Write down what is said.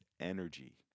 energy